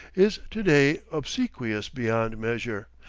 is to-day obsequious beyond measure,